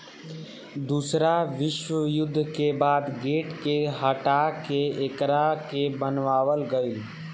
दूसरा विश्व युद्ध के बाद गेट के हटा के एकरा के बनावल गईल